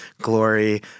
glory